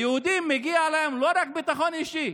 ליהודים מגיע לא רק ביטחון אישי,